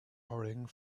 hurrying